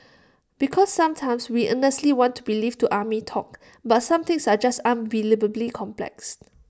because sometimes we earnestly want to believe to army talk but some things are just unbelievably complex